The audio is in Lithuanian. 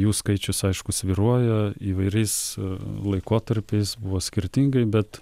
jų skaičius aišku svyruoja įvairiais laikotarpiais buvo skirtingai bet